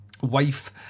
wife